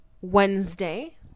Wednesday